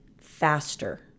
faster